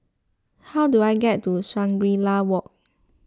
how do I get to Shangri La Walk